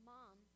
Mom